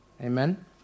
Amen